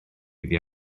iddi